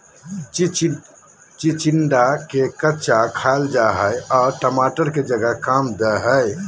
चिचिंडा के कच्चा खाईल जा हई आर टमाटर के जगह काम दे हइ